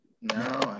no